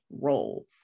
role